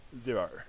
Zero